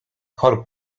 chorób